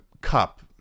cup